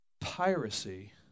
piracy